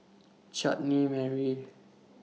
Chutney Mary